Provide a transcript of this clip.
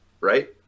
right